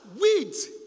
weeds